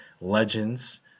legends